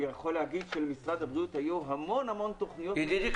אני יכול להגיד שלמשרד הבריאות היו המון המון תכניות --- ידידי,